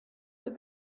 that